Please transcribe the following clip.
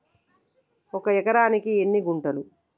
ఒక ఎకరానికి ఎన్ని గుంటలు?